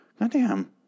Goddamn